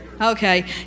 Okay